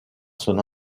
son